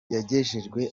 yagejejwe